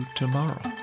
tomorrow